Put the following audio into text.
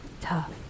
Tough